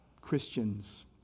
Christians